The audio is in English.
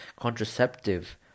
contraceptive